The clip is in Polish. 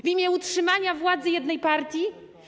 W imię utrzymania władzy jednej partii?